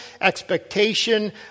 expectation